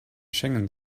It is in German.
schengen